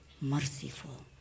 merciful